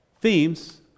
themes